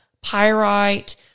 pyrite